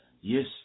Yes